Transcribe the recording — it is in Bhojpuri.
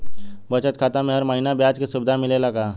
बचत खाता में हर महिना ब्याज के सुविधा मिलेला का?